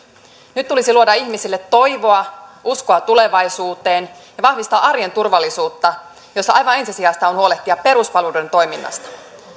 nyt tulisi luoda ihmisille toivoa ja uskoa tulevaisuuteen ja vahvistaa arjen turvallisuutta jossa aivan ensisijaista on huolehtia peruspalveluiden toiminnasta